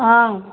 অঁ